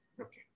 Okay